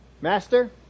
Master